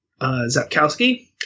Zapkowski